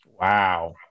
Wow